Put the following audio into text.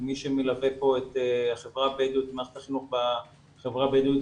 מי שמלווה פה את החברה הבדואית במערכת החינוך בחברה הבדואית,